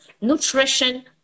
nutrition